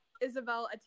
Isabel